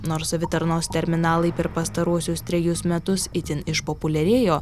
nors savitarnos terminalai per pastaruosius trejus metus itin išpopuliarėjo